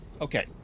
Okay